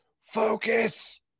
focus